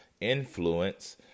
influence